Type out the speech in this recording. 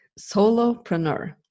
Solopreneur